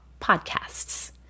podcasts